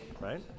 right